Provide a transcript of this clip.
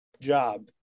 job